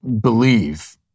believe